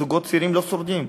זוגות צעירים לא שורדים,